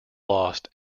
lost